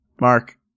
Mark